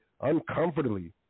uncomfortably